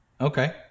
Okay